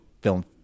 film